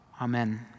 Amen